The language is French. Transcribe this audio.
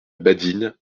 badine